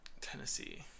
Tennessee